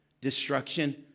destruction